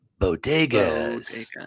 bodegas